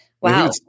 Wow